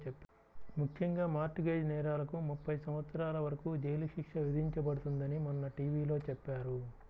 ముఖ్యంగా మార్ట్ గేజ్ నేరాలకు ముప్పై సంవత్సరాల వరకు జైలు శిక్ష విధించబడుతుందని మొన్న టీ.వీ లో చెప్పారు